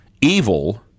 Evil